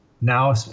now